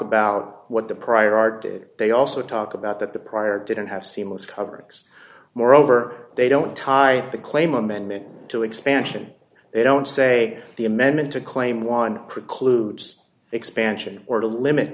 about what the prior art did they also talk about that the prior didn't have seamless coverage moreover they don't tie the claim amendment to expansion they don't say the amendment to claim one precludes expansion or to limit